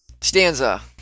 Stanza